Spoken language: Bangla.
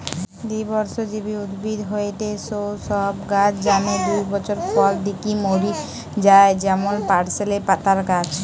দ্বিবর্ষজীবী উদ্ভিদ হয়ঠে সৌ সব গাছ যানে দুই বছর ফল দিকি মরি যায় যেমন পার্সলে পাতার গাছ